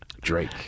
Drake